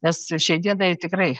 nes šiai dienai tikrai